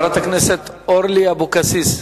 חברת הכנסת אורלי אבקסיס,